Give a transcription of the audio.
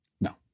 No